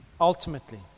ultimately